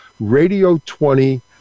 Radio20